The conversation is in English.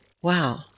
Wow